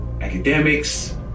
academics